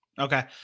okay